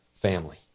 family